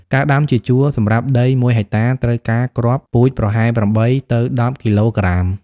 ការដាំជាជួរ សម្រាប់ដី ១ ហិកតា ត្រូវការគ្រាប់ពូជប្រហែល ៨ ទៅ ១០ គីឡូក្រាម។